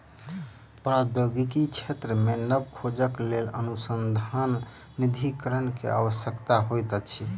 प्रौद्योगिकी क्षेत्र मे नब खोजक लेल अनुसन्धान निधिकरण के आवश्यकता होइत अछि